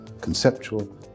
conceptual